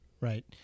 right